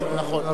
נכון.